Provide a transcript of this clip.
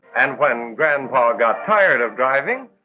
and when grandpa got tired of driving,